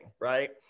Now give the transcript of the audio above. right